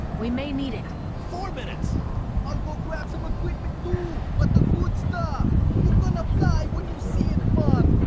we may need it four minutes i'll go grab some equipment do but the good stuff you're gonna fly when you see it, man